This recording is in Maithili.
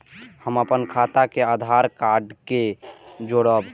हम अपन खाता के आधार कार्ड के जोरैब?